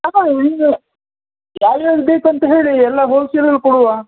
ತಗೊಳ್ಳಿ ನಿಮಗಲ್ಲ ಯಾವ್ದು ಯಾವ್ದು ಬೇಕಂತ ಹೇಳಿ ಎಲ್ಲ ಹೊಲ್ಸೇಲ್ ಅಲ್ಲಿ ಕೊಡುವ